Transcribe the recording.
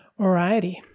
Alrighty